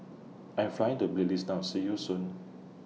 I'm Flying to Belize now See YOU Soon